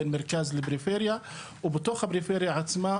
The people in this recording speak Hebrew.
בין מרכז לפריפריה ובתוך הפריפריה עצמה,